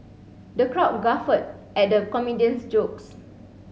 the crowd guffawed at the comedian's jokes